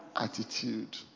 attitude